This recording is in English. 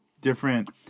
different